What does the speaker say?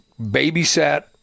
babysat